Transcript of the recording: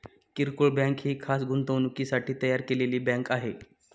किरकोळ बँक ही खास गुंतवणुकीसाठी तयार केलेली बँक आहे